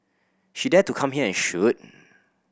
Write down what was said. she dare to come here and shoot